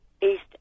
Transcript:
East